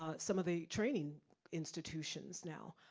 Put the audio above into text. ah some of the training institutions now,